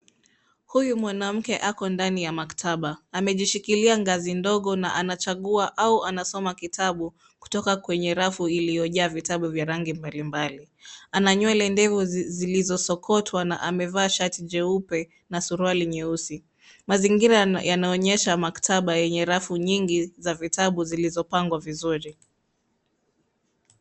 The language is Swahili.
Huyu mwanamke ako ndani ya maktaba. Amejishikilia ngazi ndogo na anachagua au anasoma kitabu kutoka kwenye rafu iliyojaa vitabu vya rangi mbalimbali. Ana nywele ndefu zilizosokotwa na amevaa shati jeupe na suruali nyeusi. Mazingira yanaonyesha maktaba yenye rafu nyingi za vitabu zilizopangwa vizuri.